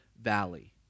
Valley